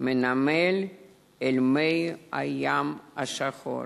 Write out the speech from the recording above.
מהנמל אל מי הים השחור.